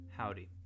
Howdy